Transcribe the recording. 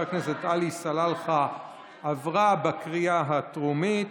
הכנסת עלי סלאלחה עברה בקריאה הטרומית,